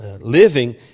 living